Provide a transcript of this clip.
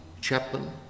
Chapman